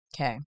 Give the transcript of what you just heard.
okay